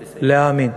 להאמין,